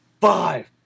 Five